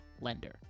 lender